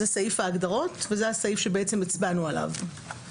זה סעיף ההגדרות וזה הסעיף שבעצם הצבענו עליו.